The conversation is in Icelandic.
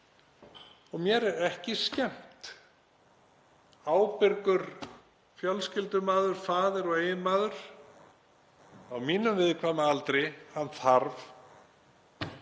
Og mér er ekki skemmt. Ábyrgur fjölskyldumaður, faðir og eiginmaður á mínum viðkvæma aldri þarf